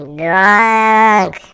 drunk